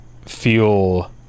...feel